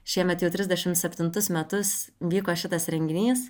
šiemet jau trisdešim septintus metus vyko šitas renginys